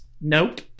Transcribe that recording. Nope